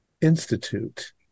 Institute